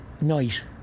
night